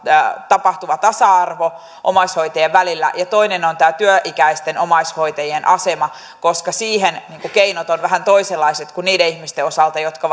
tapahtuva tasa arvo omaishoitajien välillä ja toinen on tämä työikäisten omaishoitajien asema koska siihen keinot ovat vähän toisenlaiset kuin niiden ihmisten osalta jotka